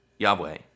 Yahweh